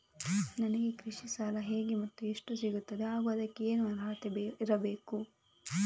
ನನಗೆ ಕೃಷಿ ಸಾಲ ಹೇಗೆ ಮತ್ತು ಎಷ್ಟು ಸಿಗುತ್ತದೆ ಹಾಗೂ ಅದಕ್ಕೆ ಏನು ಅರ್ಹತೆ ಇರಬೇಕು?